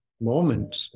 moment